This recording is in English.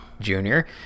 junior